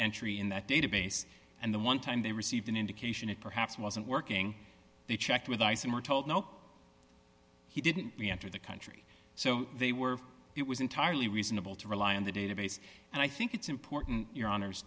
entry in that database and the one time they received an indication that perhaps wasn't working they checked with ice and were told no he didn't enter the country so they were it was entirely reasonable to rely on the database and i think it's important your hono